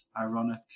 ironic